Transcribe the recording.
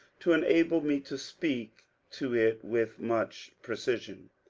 to enable me to speak to it with much precision.